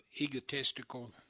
egotistical